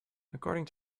according